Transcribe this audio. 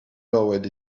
lowered